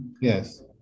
Yes